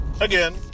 again